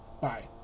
Bye